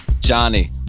Johnny